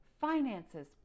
finances